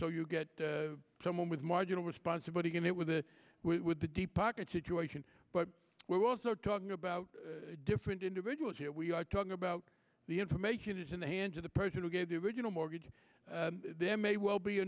so you get someone with marginal responsibility in it with the with the deep pockets situation but we're also talking about different individuals here we are talking about the information is in the hands of the person who gave the original mortgage there may well be a